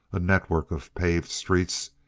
a network of paved streets,